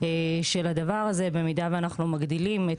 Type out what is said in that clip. של הדבר הזה במידה שאנחנו מגדילים את